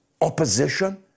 opposition